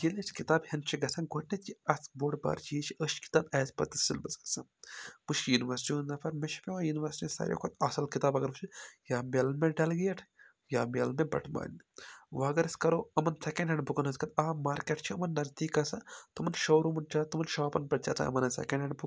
ییٚلہِ أسۍ کِتاب ہینہِ چھِ گژھان گۄڈٕنٮ۪تھٕے اَتھ بوٚڈ بار چیٖز چھِ أسۍ چھِ تَتہِ ایز پٔر دَ سیٚلبَس گژھان بہٕ چھُس یونیورسٹی ہُنٛد نَفَر مےٚ چھِ پٮ۪وان یونیورسٹی سارِوٕے کھۄتہٕ اَصٕل کِتاب اگر وُچھو یا میلان مےٚ ڈَل گیٹ یا میلان مےٚ بَٹہٕ مالنہِ وۅنۍ اگر أسۍ کَرو یِمَن سیٚکَنٛڈ ہیٚنٛڈ بُکَن ہٕنٛز کَتھ عام مارکٮ۪ٹ چھُ یِمَن نٔزدیٖک گَژھان تِمَن شو روٗمَن چھِ آسان تِمَن شاپَن پٮ۪ٹھ چھِ زیادٕ آسان یِم سیٚکَنٛڈ ہینٛڈ بُک تہِ